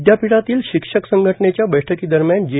विद्यापीठातील शिक्षक संघटनेच्या बैठकीदरम्यान जे